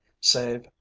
save